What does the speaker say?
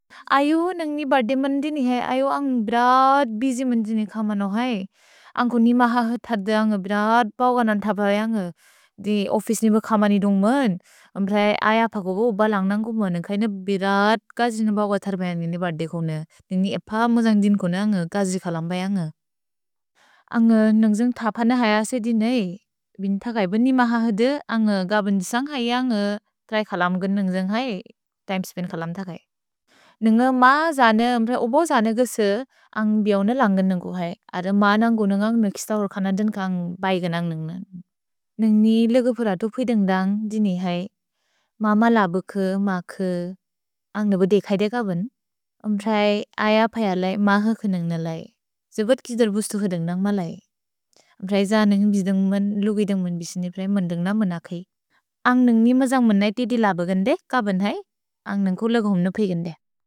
अयो नन्ग् नि बदे मेन्दिनि है। अयो अन्ग् बेरत् बिजि मेन्दिनि खमनो है। अन्ग् को नि मह हुद् थद्दे अन्ग् बेरत् पव्गनन् थप अन्ग्। दि ओफिस्नेब खमनि दोन्ग्मन्, अम्प्रए अय पको ओबल् अन्ग् नन्गुमन्, नन्ग् कैन बेरत् कजिन पव्गन् थर्ब अन्ग् निनि बदे कोने। निनि एप मोजन्ग् दिन् कोने अन्ग् कजि खलम् बै अन्ग्। अन्ग् नन्ग्जन्ग् थप न है असे दिन् नै। भिन् थकै ब नि मह हुद्दे, अन्ग् गबेन् दिसन्ग् है अन्ग् त्रै खलम् गन् नन्ग्जन्ग् है, तिमेस्पन् खलम् थकै। नन्ग म जने, अम्प्रए ओबल् जने गेसे, अन्ग् बिऔनेलन्ग् गन् नन्गु है। अद्र म नन्गु नन्गन्ग् नुकिस्त होर्कन दिन्क अन्ग् बै गन् अन्ग् नन्गु नन्ग्। नन्ग् नि लग बेरतु पुइ देन्ग्दन्ग् दिनि है, म म लब के, म के, अन्ग् नब देक् है देग बेन्। अम्प्रए अय पय लै, मह हुक नन्ग् न लै। जिबुत् किद बुस्तु हुक देन्ग्दन्ग् म लै। अम्प्रए जने बिजि देन्ग्मन्, लुगि देन्ग्मन् बिसिनि प्रए मन्देन्ग्न मनकै। अन्ग् नन्ग् निम जन्ग् मन्नै तिति लब गन्दे, कबन् है, अन्ग् नन्ग् कुल घुम्न पि गन्दे।